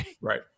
Right